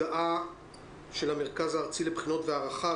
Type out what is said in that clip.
יש לי כאן הודעה של המרכז הארצי לבחינות והערכה,